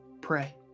pray